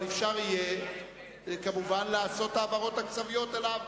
אבל אפשר יהיה כמובן לעשות העברות תקציביות אליו.